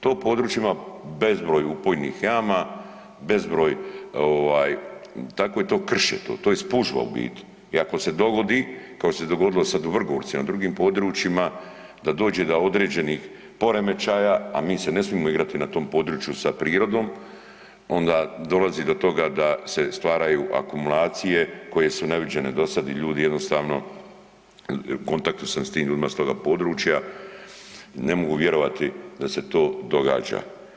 To područje ima bezbroj upojnih jama, bezbroj ovaj, tako je to, krš je to, to je spužva u biti i ako se dogodi kao što se je dogodilo sad u Vrgorcu i na drugim područjima da dođe do određenih poremećaja, a mi se ne smimo igrati na tom području sa prirodom onda dolazi do toga da se stvaraju akumulacije koje su neviđene dosad i ljudi jednostavno, u kontaktu sam s tim ljudima s toga područja, ne mogu vjerovati da se to događa.